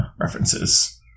references